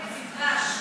שלוש דקות, אדוני,